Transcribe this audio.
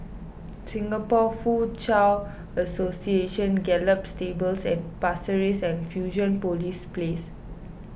Singapore Foochow Association Gallop Stables at Pasir Ris and Fusionopolis Place